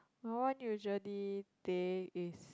my one usually teh is